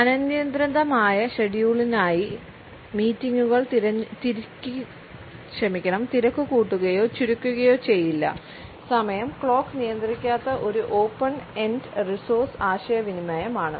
അനിയന്ത്രിതമായ ഷെഡ്യൂളിനായി മീറ്റിംഗുകൾ തിരക്കുകൂട്ടുകയോ ചുരുക്കുകയോ ചെയ്യില്ല സമയം ക്ലോക്ക് നിയന്ത്രിക്കാത്ത ഒരു ഓപ്പൺ എൻഡ് റിസോഴ്സ് ആശയവിനിമയമാണ്